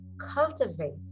cultivate